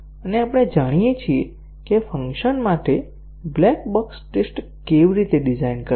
અને આપણે જાણીએ છીએ કે ફંક્શન માટે બ્લેક બોક્સ ટેસ્ટ કેવી રીતે ડિઝાઇન કરવા